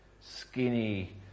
Skinny